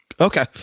Okay